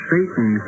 Satan